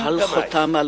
שהטביעה את חותמה על